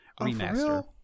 remaster